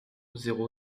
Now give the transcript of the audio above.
zéro